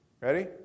Ready